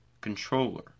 controller